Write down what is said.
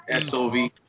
SOV